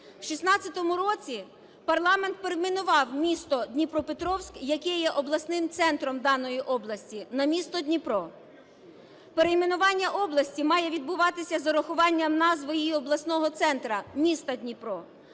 В 16-му році парламент перейменував місто Дніпропетровськ, який є обласним центром даної області, на місто Дніпро. Перейменування області має відбуватися з урахування назви її обласного центру – міста Дніпро.